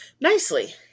Nicely